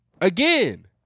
Again